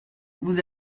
vous